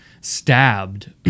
stabbed